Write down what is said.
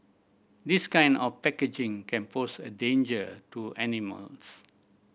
this kind of packaging can pose a danger to animals